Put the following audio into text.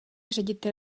ředitel